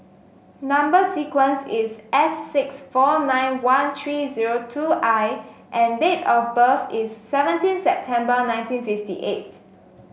number sequence is S six four nine one three zero two I and date of birth is seventeen September nineteen fifty eight